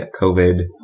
COVID